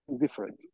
different